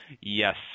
yes